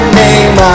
name